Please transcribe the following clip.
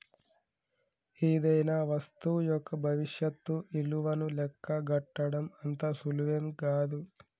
ఏదైనా వస్తువు యొక్క భవిష్యత్తు ఇలువను లెక్కగట్టడం అంత సులువేం గాదు